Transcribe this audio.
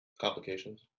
Complications